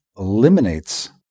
eliminates